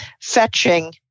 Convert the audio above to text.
fetching